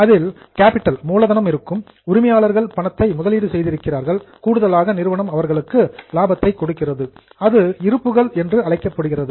அதில் கேப்பிட்டல் மூலதனம் இருக்கும் உரிமையாளர்கள் பணத்தை முதலீடு செய்திருக்கிறார்கள் கூடுதலாக நிறுவனம் அவர்களுக்கு புரோஃபிட் லாபத்தை கொடுக்கிறது அது இருப்புகள் என்று அழைக்கப்படுகிறது